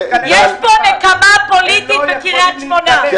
כאן נקמה פוליטית בקריית שמונה.